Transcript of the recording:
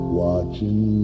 watching